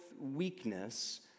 weakness